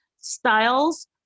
styles